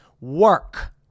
work